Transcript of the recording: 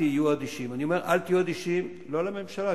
אני אומר אל תהיו אדישים לא לממשלה,